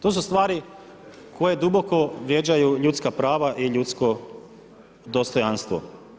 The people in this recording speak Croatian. To su stvari koji duboko vrijeđaju ljudska prava i ljudsko dostojanstvo.